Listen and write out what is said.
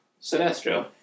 Sinestro